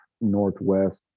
Northwest